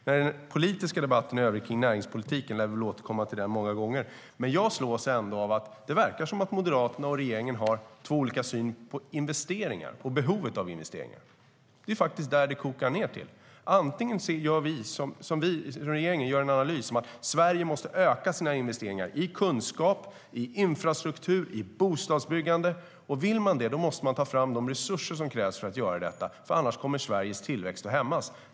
När det gäller debatten om näringspolitiken i övrigt lär vi väl återkomma till den många gånger, men jag slås ändå av att det verkar som att Moderaterna och regeringen har olika syn på investeringar och behovet av dem. Det är faktiskt vad det kokar ned till. Man kan som regeringen göra en analys som visar att Sverige måste öka sina investeringar i kunskap, infrastruktur och bostadsbyggande. Vill man göra det måste man ta fram de resurser som krävs, för annars kommer Sveriges tillväxt att hämmas.